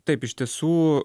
taip iš tiesų